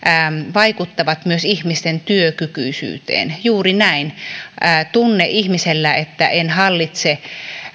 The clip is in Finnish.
vaikuttavat myös ihmisten työkykyisyyteen juuri näin tunne ihmisellä että ei hallitse